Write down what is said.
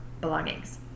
belongings